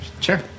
Sure